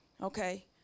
okay